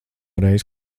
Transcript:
reizi